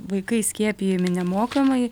vaikai skiepijami nemokamai